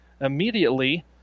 immediately